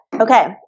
Okay